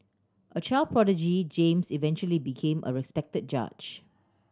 a child prodigy James eventually became a respected judge